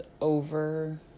over